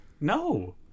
No